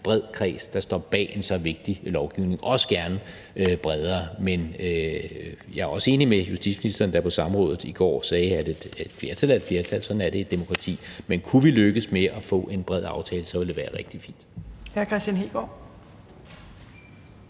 bred kreds, der står bag en så vigtig lovgivning, og også gerne bredere. Men jeg er også enig med justitsministeren, der på samrådet i går sagde, at et flertal er et flertal, sådan er det i et demokrati. Men kunne vi lykkes med at få en bred aftale, ville det være rigtig fint.